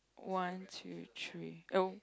one two three oh